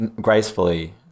gracefully